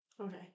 Okay